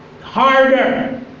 harder